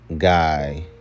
Guy